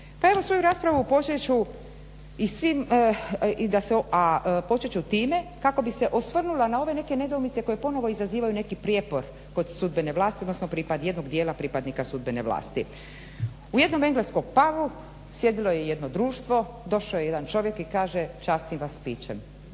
Pa evo svoju raspravu počet ću time kako bi se osvrnula na ove neke nedoumice koje ponovo izazivaju neki prijepor kod sudbene vlasti odnosno jednog djela pripadnika sudbene vlasti. U jednom engleskom pabu sjedilo je jedno društvo, došao je jedan čovjek i kaže častim vas pićem.